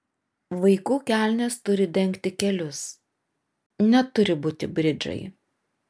vaikų kelnės turi dengti kelius neturi būti bridžai